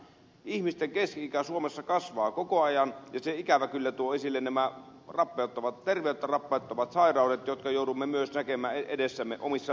ihmisten keski ikä suomessa kasvaa koko ajan ja se ikävä kyllä tuo esille nämä terveyttä rappeuttavat sairaudet jotka joudumme myös näkemään edessämme omissa lähimmäisissämme